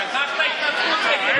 שכחת, תודה.